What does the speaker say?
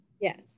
Yes